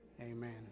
Amen